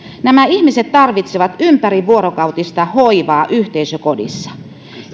nämä ihmiset tarvitsevat ympärivuorokautista hoivaa yhteisökodissa